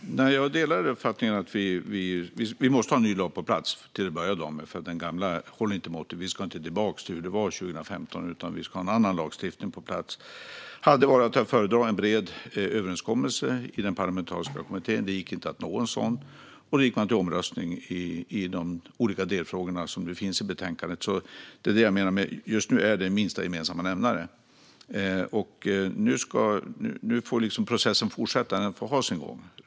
Herr talman! Jag delar uppfattningen att vi måste ha en ny lag på plats till att börja med, för den gamla håller inte måttet. Vi ska inte tillbaka till hur det var 2015, utan vi ska ha en annan lagstiftning på plats. En bred överenskommelse i den parlamentariska kommittén hade varit att föredra. Det gick dock inte att nå en sådan, och då gick man till omröstning i de olika delfrågorna som finns i betänkandet. Det är det jag menar med att vi nu har minsta gemensamma nämnare, och nu får processen fortsätta och ha sin gång.